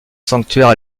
sanctuaire